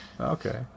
Okay